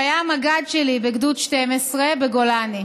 שהיה המג"ד שלי בגדוד 12 בגולני.